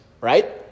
right